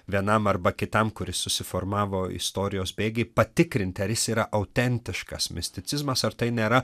vienam arba kitam kuris susiformavo istorijos bėgyje patikrinti ar jis yra autentiškas misticizmas ar tai nėra